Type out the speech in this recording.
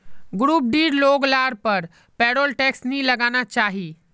group डीर लोग लार पर पेरोल टैक्स नी लगना चाहि